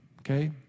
okay